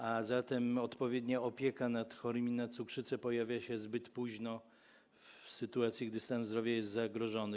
A zatem odpowiednia opieka nad chorymi na cukrzycę pojawia się zbyt późno, w sytuacji gdy stan zdrowia jest zagrożony.